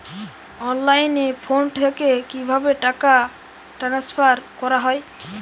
অনলাইনে ফোন থেকে কিভাবে টাকা ট্রান্সফার করা হয়?